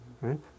right